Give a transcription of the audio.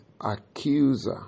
accuser